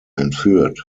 entführt